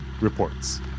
reports